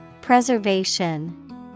Preservation